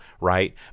right